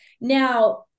Now